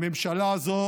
הממשלה הזו